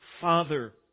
Father